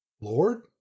Lord